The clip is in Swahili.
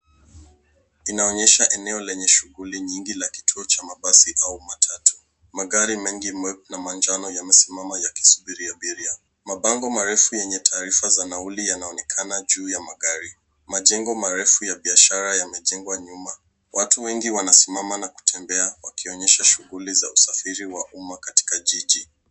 Inaonyesha eneo lenye shughuli nyingi la kituo cha mabasi au matatu. Magari mengi meupe na manjano yamesimama yakisubiri abiria . Mabango marefu yenye tarifa za nauli yanaonekana juu ya magari. Majengo marefu ya biashara yamejengwa nyuma. Watu wengi wanasimama na kutembea wakionyesha shughuli za usafiri wa uma katika jiji.